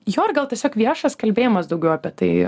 jo ir gal tiesiog viešas kalbėjimas daugiau apie tai